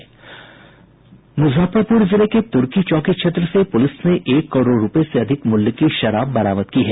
मुजफ्फरपुर जिले के तुर्की चौकी क्षेत्र से पुलिस ने एक करोड़ रूपये से अधिक मूल्य की शराब बरामद की है